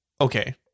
Okay